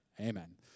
Amen